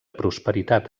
prosperitat